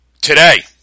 Today